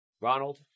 Ronald